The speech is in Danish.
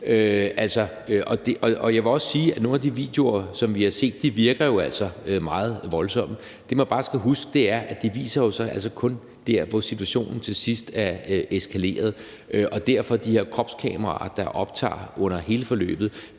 Jeg vil også sige, at nogle af de videoer, som vi har set, jo altså virker meget voldsomme. Det, man bare skal huske, er, at de jo kun viser situationen til sidst, hvor den er eskaleret, og derfor ville de her kropskameraer, der optager under hele forløbet,